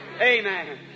amen